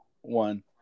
one